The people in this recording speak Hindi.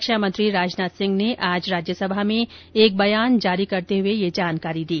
रक्षा मंत्री राजनाथ सिंह ने आज राज्यसभा में एक बयान देते हुए यह जानकारी दी